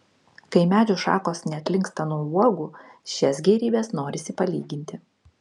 kai medžių šakos net linksta nuo uogų šias gėrybes norisi palyginti